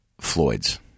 Floyd's